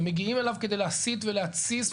הם מגיעים אליו כדי להסית ולהתסיס,